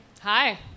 Hi